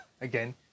Again